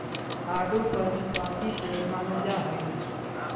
आडू पर्णपाती पेड़ मानल जा हई